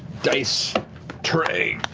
dice tray,